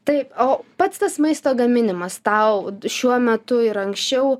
taip o pats tas maisto gaminimas tau šiuo metu ir anksčiau